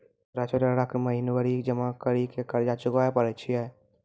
छोटा छोटा रकम महीनवारी जमा करि के कर्जा चुकाबै परए छियै?